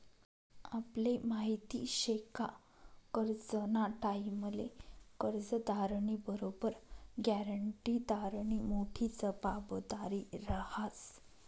आपले माहिती शे का करजंना टाईमले कर्जदारनी बरोबर ग्यारंटीदारनी मोठी जबाबदारी रहास